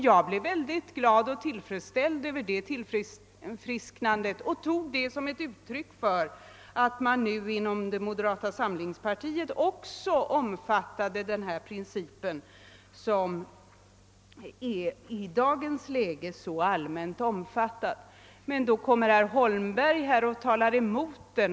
Jag blev glad och tillfredsställd över det tillfrisknandet och uppfattade det som ett uttryck för att man också inom moderata samlingspartiet omfattade denna princip, som i dag är så allmänt omfattad. Nu kom herr Holmberg och talade emot den.